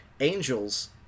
angels